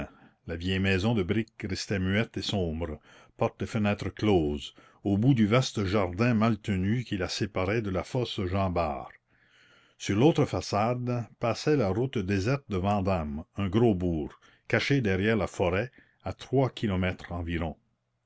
la vieille maison de briques restait muette et sombre portes et fenêtres closes au bout du vaste jardin mal tenu qui la séparait de la fosse jean bart sur l'autre façade passait la route déserte de vandame un gros bourg caché derrière la forêt à trois kilomètres environ